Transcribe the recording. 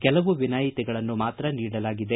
ಕೆಲವು ವಿನಾಯಿತಿಗಳನ್ನು ಮಾತ್ರ ನೀಡಲಾಗಿದೆ